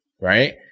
right